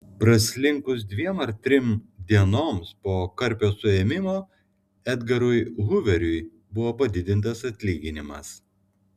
praslinkus dviem ar trims dienoms po karpio suėmimo edgarui huveriui buvo padidintas atlyginimas